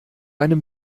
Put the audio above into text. einem